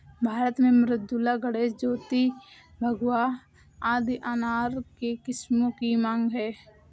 भारत में मृदुला, गणेश, ज्योति, भगवा आदि अनार के किस्मों की मांग है